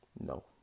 No